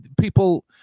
people